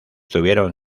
tuvieron